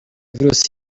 virus